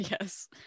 yes